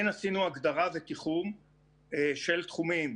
כן עשינו הגדרה ותיחום של תחומים,